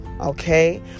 okay